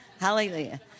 Hallelujah